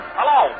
Hello